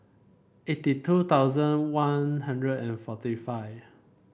eighty two thousand One Hundred and forty five